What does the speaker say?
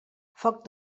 foc